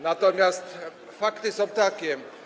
Natomiast fakty są takie.